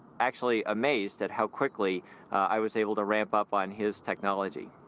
actually amazed that how quickly i was able to ramp up on his technology.